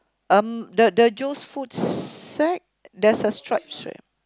um the the Joe's food sack there's a striped shirt